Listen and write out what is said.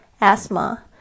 asthma